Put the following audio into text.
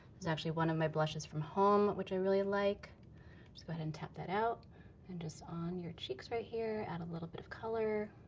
is actually one of my blushes from home which i really like. so just go ahead and tap that out and just on your cheeks right here, add a little bit of color.